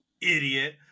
Idiot